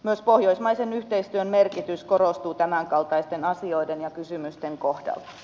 myös pohjoismaisen yhteistyön merkitys korostuu tämänkaltaisten asioiden ja kysymysten kohdalla